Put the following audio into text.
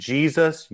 Jesus